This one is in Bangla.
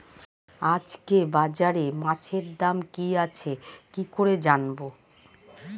আজকে বাজারে মাছের দাম কি আছে কি করে জানবো?